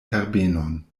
herbenon